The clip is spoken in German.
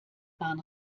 bahn